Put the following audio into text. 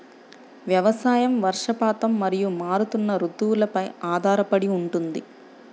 వ్యవసాయం వర్షపాతం మరియు మారుతున్న రుతువులపై ఆధారపడి ఉంటుంది